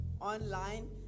online